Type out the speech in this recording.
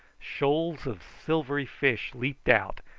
shoals of silvery fish leaped out,